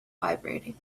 vibrating